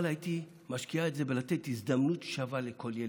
אבל הייתי משקיעה את זה בלתת הזדמנות שווה לכל ילד,